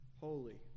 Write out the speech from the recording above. holy